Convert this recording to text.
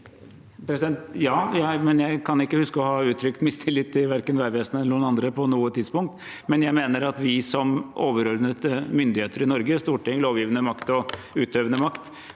Ja, men jeg kan ikke huske å ha uttrykt mistillit til verken Vegvesenet eller noen andre på noe tidspunkt. Jeg mener at vi som overordnede myndigheter i Norge – Stortinget, som er lovgivende makt,